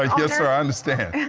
ah yes, sir, i understand.